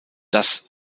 das